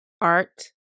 Art